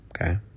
Okay